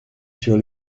sur